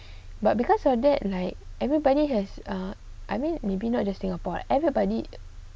but because her dad like everybody has err I mean maybe not just singapore everybody